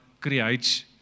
creates